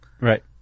Right